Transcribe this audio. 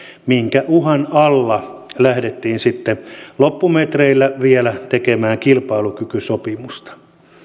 minkä uhan alla lähdettiin sitten loppumetreillä vielä tekemään kilpailukykysopimusta